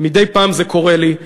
מדי פעם זה קורה לי.